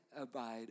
abide